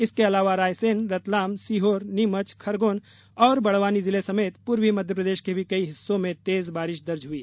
इसके अलावा रायसेन रतलाम सीहोर नीमच खरगोन और बड़वानी जिले समेत पूर्वी मध्य प्रदेश के भी कई हिस्सों में तेज बारिश दर्ज हुई